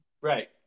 right